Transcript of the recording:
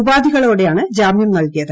ഉപാധികളോടെയാണ് ജാമ്യം നൽകിയത്